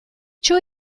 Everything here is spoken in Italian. ciò